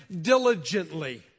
diligently